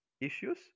issues